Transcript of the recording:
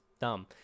dumb